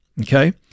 okay